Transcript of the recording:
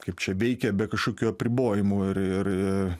kaip čia veikia be kažkokių apribojimų ir ir į